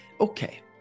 okay